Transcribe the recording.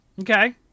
Okay